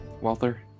Walther